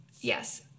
yes